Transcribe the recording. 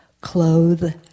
clothe